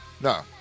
No